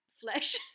flesh